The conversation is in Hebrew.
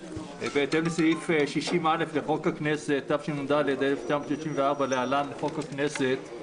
בהתאם לסעיף 60א לחוק הכנסת תשנ"ד-1994 להלן: חוק הכנסת,